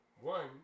one